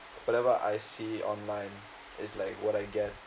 whatever I see online is like what I get